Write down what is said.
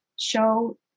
show